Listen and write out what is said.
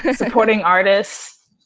ah supporting artists.